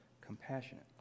compassionate